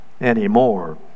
anymore